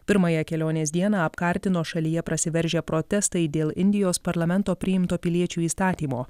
pirmąją kelionės dieną apkartino šalyje prasiveržę protestai dėl indijos parlamento priimto piliečių įstatymo